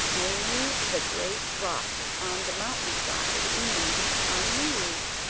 only the great rock on the mountain side remained unmoved.